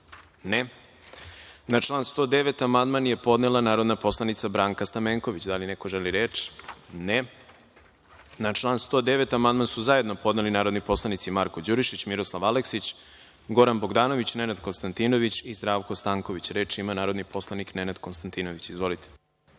(Ne)Na član 109. amandman je podnela narodna poslanica Branka Stamenković. Da li neko želi reč? (Ne)Na član 109. amandman su zajedno podneli narodni poslanici Marko Đurišić, Miroslav Aleksić, Goran Bogdanović, Nenad Konstantinović i Zdravko Stanković. Reč ima narodni poslanik Nenad Konstantinović. Izvolite.